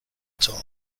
tone